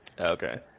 Okay